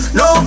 no